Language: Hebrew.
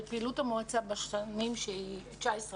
על פעילות המועצה בשנים 2020-2019,